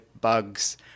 bugs